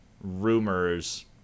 rumors